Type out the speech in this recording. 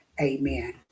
Amen